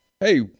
hey